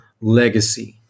legacy